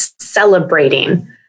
celebrating